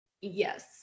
Yes